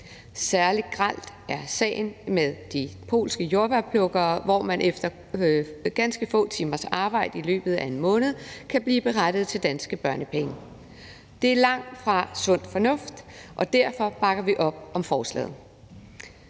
Særlig grel er sagen med de polske jordbærplukkere, hvor man efter ganske få timers arbejde i løbet af en måned kan blive berettiget til danske børnepenge. Det er langtfra sund fornuft, og derfor bakker vi op om forslaget.